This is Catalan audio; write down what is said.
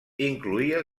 incloïa